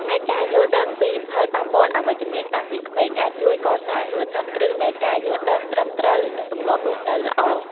ហើយការយល់ដឹងពីផលប៉ះពាល់អវិជ្ជមានតាំងពីក្មេង អាចជួយកសាងមូលដ្ឋានគ្រឹះនៃការយល់ដឹងត្រឹមត្រូវ និងទម្លាប់រស់នៅល្អ។